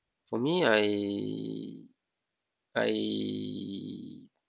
for me I I